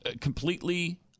completely –